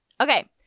okay